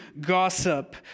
gossip